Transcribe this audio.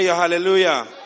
hallelujah